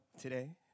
today